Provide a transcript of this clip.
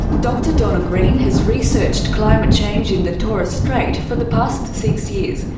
dr donna green has researched climate change in the torres strait for the past six years.